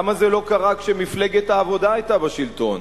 למה זה לא קרה כשמפלגת העבודה היתה בשלטון?